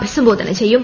അഭിസംബോധന ചെയ്യും